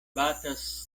batas